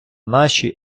нашій